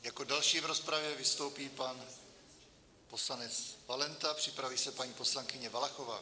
Jako další v rozpravě vystoupí pan poslanec Valenta, připraví se paní poslankyně Valachová.